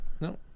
No